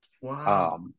Wow